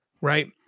Right